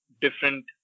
different